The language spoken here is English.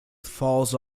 falls